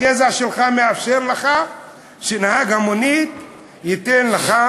הגזע שלך מאפשר לך שנהג המונית ייתן לך